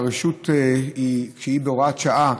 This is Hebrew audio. שהרשות כשהיא בהוראת שעה,